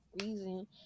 reason